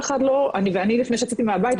ואני לפני שיצאתי מהבית,